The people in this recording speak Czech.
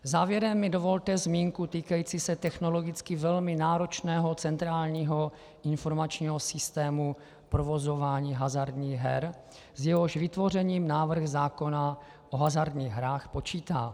Závěrem mi dovolte zmínku týkající se technologicky velmi náročného centrální informačního systému provozování hazardních her, s jehož vytvořením návrh zákona o hazardních hrách počítá.